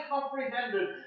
comprehended